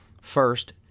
First